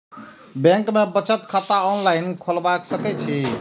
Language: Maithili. बैंक में बचत खाता ऑनलाईन खोलबाए सके छी?